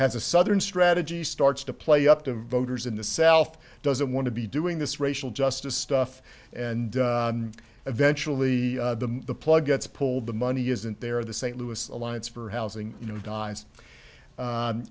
has a southern strategy starts to play up to voters in the self doesn't want to be doing this racial justice stuff and eventually the plug gets pulled the money isn't there the st louis alliance for housing you know dies